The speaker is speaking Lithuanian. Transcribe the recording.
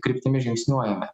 kryptimi žingsniuojame